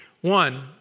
One